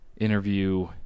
interview